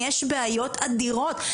יש בעיות אדירות,